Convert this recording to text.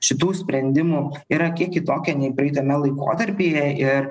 šitų sprendimų yra kiek kitokia nei praeitame laikotarpyje ir